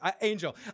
Angel